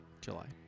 July